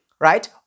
right